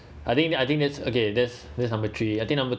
I think that I think that's okay there's there's number three I think number